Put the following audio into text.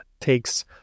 takes